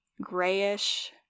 grayish